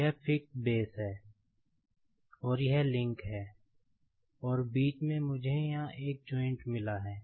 तो यह fixed base है और यह लिंक है और बीच में मुझे यहां एक जॉइंट् मिला है